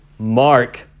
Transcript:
Mark